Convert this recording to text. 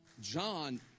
John